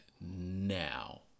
now